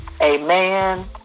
Amen